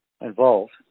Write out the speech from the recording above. involved